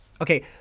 okay